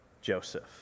Joseph